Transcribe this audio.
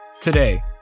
Today